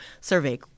survey